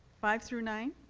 five through nine?